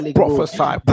prophesy